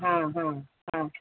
ಹಾಂ ಹಾಂ ಹಾಂ